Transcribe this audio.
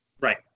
Right